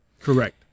Correct